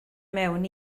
mewn